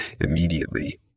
Immediately